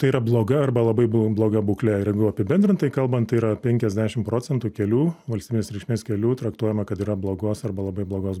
tai yra bloga arba labai blo bloga būklė ir jeigu apibendrintai kalbant tai yra penkiasdešim procentų kelių valstybinės reikšmės kelių traktuojama kad yra blogos arba labai blogos